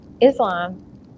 Islam